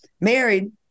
married